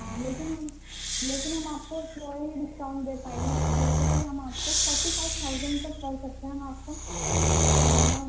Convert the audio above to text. آ لیکن ہم لیکن ہم آپ کو تھوڑا ہی ڈسکاؤنٹ دے پائیں گے جیسے کہ ہم آپ کو فورٹی فائیو تھاؤزینڈ تک کر سکتے ہیں ہم آپ کو